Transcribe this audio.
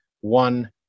one